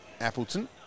Appleton